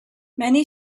many